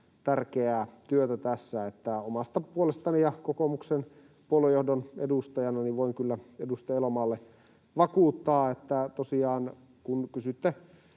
tärkeää työtä tässä. Eli omasta puolestani ja kokoomuksen puoluejohdon edustajana voin kyllä edustaja Elomaalle vakuuttaa, että tosiaan kun kysytte